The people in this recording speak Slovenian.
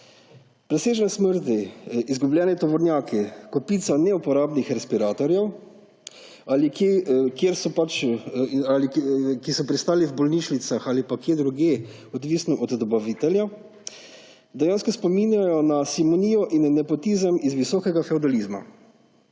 Presežek smrti, izgubljeni tovornjaki, kopica neuporabnih respiratorjev, ki so pristali v bolnišnicah ali pa kje drugje, odvisno od dobaviteljev, dejansko spominjajo na simonijo in nepotizem iz visokega fevdalizma.